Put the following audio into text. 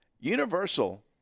Universal